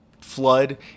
flood